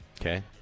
Okay